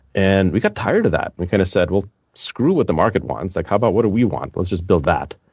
and we got tired of that. we kind of said screw what the market wants. like how about what do we want? let's just build that.